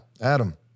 Adam